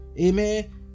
Amen